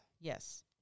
Yes